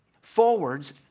forwards